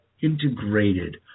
integrated